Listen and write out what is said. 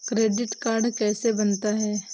Credit card कैसे बनता है?